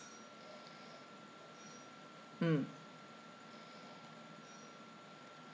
mm